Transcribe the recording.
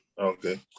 Okay